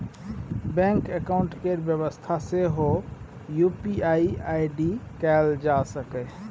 bank account केर बेबस्था सेहो यु.पी.आइ आइ.डी कएल जा सकैए